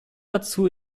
dazu